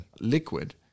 liquid